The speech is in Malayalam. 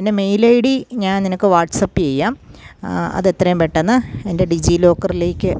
എൻ്റെ മെയിൽ ഐ ഡി ഞാൻ നിനക്ക് വാട്സ് ആപ്പ് ചെയ്യാം എത്രയും പെട്ടെന്ന് എൻ്റെ ഡിജി ലോക്കറിലേക്ക്